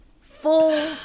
full